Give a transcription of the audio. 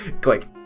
Click